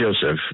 Joseph